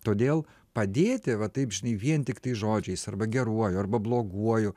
todėl padėti va taip vien tiktai žodžiais arba geruoju arba bloguoju